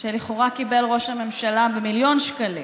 שלכאורה קיבל ראש הממשלה במיליון שקלים,